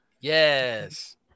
Yes